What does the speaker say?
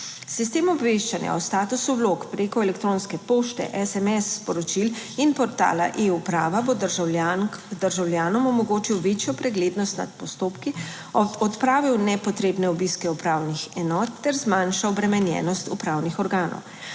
Sistem obveščanja o statusu vlog preko elektronske pošte, SMS sporočil in portala eUprava bo državljan državljanom omogočil večjo preglednost nad postopki. Odpravil nepotrebne obiske upravnih enot ter zmanjša obremenjenost upravnih organov.